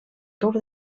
tour